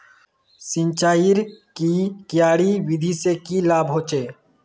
सिंचाईर की क्यारी विधि से की लाभ होचे?